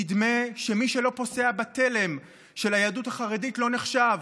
נדמה שמי שלא פוסע בתלם של היהדות החרדית לא נחשב,